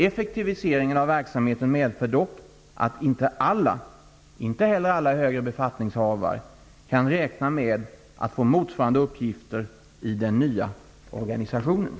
Effektiviseringen av verksamheten medför dock att inte alla -- inte heller alla högre befattningshavare -- kan räkna med att få motsvarande uppgifter i den nya organisationen.